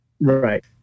Right